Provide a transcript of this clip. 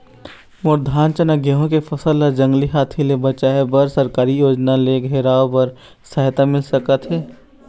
मोर धान चना गेहूं के फसल ला जंगली हाथी ले बचाए बर सरकारी योजना ले घेराओ बर सहायता मिल सका थे?